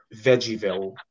Veggieville